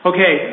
Okay